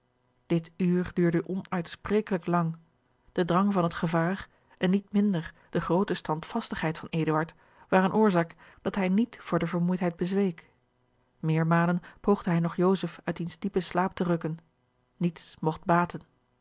dit uur duurde onuitsprekelijk lang de drang van het gevaar en niet minder de groote standvastigheid van eduard waren oorzaak dat hij met voor de vermoeidheid bezweek meermalen poogde hij nog joseph uit diens diepen slaap te rukken niets mogt baten